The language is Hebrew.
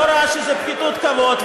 לא ראה בזה פחיתות כבוד,